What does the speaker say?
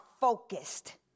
focused